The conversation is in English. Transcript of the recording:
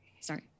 Sorry